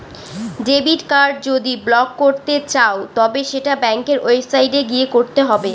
debit card যদি block করতে চাও তবে সেটা ব্যাঙ্কের ওয়েবসাইটে গিয়ে করতে হবে